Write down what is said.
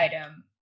item